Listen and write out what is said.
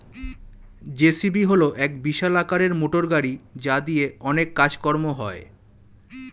JCB হল এক বিশাল আকারের মোটরগাড়ি যা দিয়ে অনেক কাজ কর্ম হয়